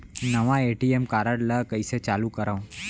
नवा ATM card ल कइसे चालू करव?